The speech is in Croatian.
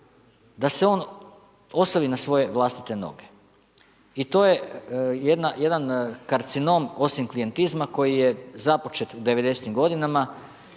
da se on osovi na svoje vlastite noge. I to je jedan karcinom osim klijentizma koji je započet u 90-tim godinama